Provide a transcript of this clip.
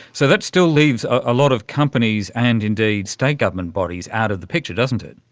so that still leaves a lot of companies and indeed state government bodies out of the picture, doesn't it.